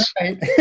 right